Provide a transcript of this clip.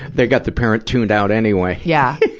they got the parent tuned out anyway. yeah.